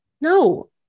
no